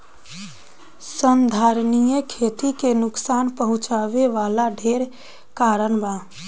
संधारनीय खेती के नुकसान पहुँचावे वाला ढेरे कारण बा